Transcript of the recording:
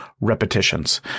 repetitions